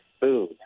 food